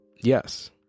yes